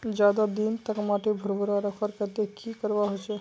ज्यादा दिन तक माटी भुर्भुरा रखवार केते की करवा होचए?